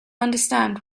understand